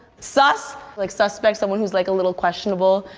sus, like suspect, someone who's like a little questionable.